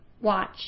watch